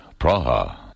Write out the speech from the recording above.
Praha